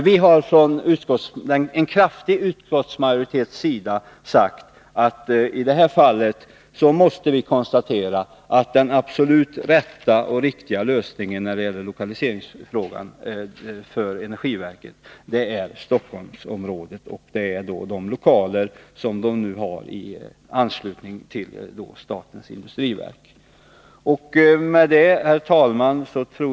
Vi måste från en kraftig utskottsmajoritets sida konstatera att den absolut riktiga lösningen när det gäller lokaliseringen av energiverket är Stockholmsområdet, och vi förordar de lokaler energiverket har i anslutning till statens industriverk. Herr talman!